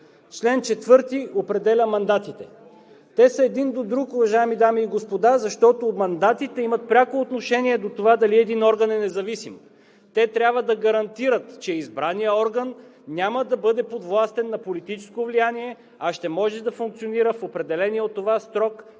Член 4 определя мандатите. Те са един до друг, уважаеми дами и господа, защото мандатите имат пряко отношение до това дали един орган е независим. Те трябва да гарантират, че избраният орган няма да бъде подвластен на политическо влияние, а ще може да функционира в определения от това срок,